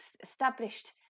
established